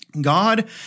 God